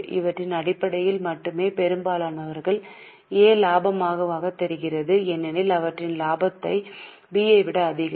இவற்றின் அடிப்படையில் மட்டுமே பெரும்பாலானவர்கள் A லாபகரமானதாகத் தெரிகிறது ஏனெனில் அவற்றின் லாபம் B ஐ விட அதிகம்